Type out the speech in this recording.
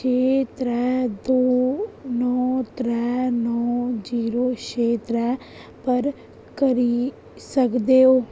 छे त्रै दो नौ त्रै नौ जीरो छे त्रै पर करी सकदे ओ